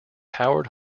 howard